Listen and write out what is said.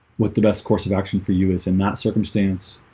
what the best course of action for you is in that circumstance,